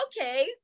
Okay